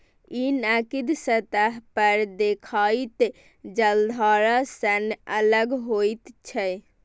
ई नदीक सतह पर देखाइत जलधारा सं अलग होइत छै